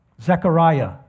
Zechariah